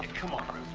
and come on, ruth.